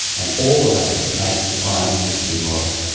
and all of that makes the climate system model.